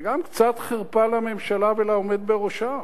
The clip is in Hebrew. זה גם קצת חרפה לממשלה ולעומד בראשה.